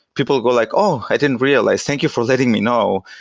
people will go like, oh, i didn't realize. thank you for letting me know.